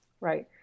Right